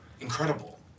incredible